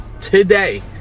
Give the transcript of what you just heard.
today